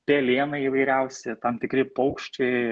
pelėnai įvairiausi tam tikri paukščiai